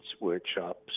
workshops